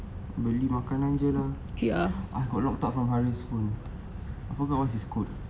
beli makanan jer lah I have got a lot of talk from harith phone I forgot what is his code